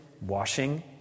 washing